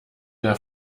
der